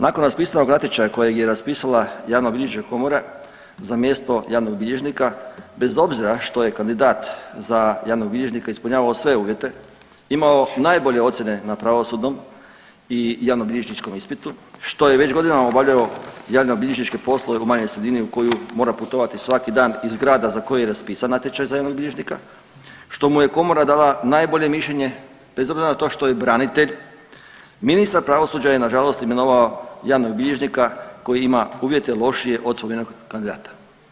Nakon raspisanog natječaja kojeg je raspisala javnobilježnička komora za mjesto javnog bilježnika bez obzira što je kandidat za javnog bilježnika ispunjavao sve uvjete imao najbolje ocjene na pravosudnom i javnobilježničkom ispitu, što je već godinama obavljao javnobilježničke poslove u manjoj sredini u koju mora putovati svaki dan iz grada za koji je raspisan natječaj za javnog bilježnika, što mu je komora dala najbolje mišljenje bez obzira na to što je branitelj, ministar pravosuđa je nažalost imenovao javnog bilježnika koji ima uvjete lošije od … [[Govornik se ne razumije]] kandidata.